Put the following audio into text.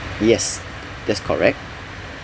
yes that's correct